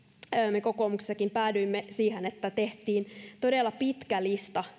me kokoomuksessakin päädyimme siihen että tehtiin todella pitkä lista